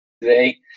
today